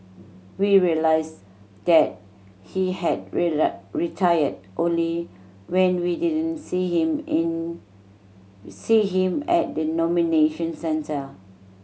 we realise that he had retired only when we didn't see him in see him at the nomination centre